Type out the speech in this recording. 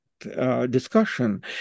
Discussion